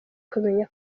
kumenya